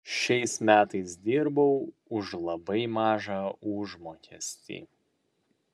šiais metais dirbau už labai mažą užmokestį